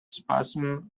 spasm